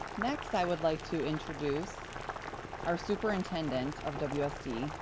next, i would like to introduce our superintendent of wsd,